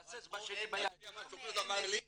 אתה יודע מה הסוכנות אמרה לי,